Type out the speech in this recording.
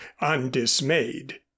undismayed